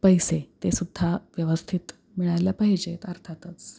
पैसे ते सुद्धा व्यवस्थित मिळायला पाहिजेत अर्थातच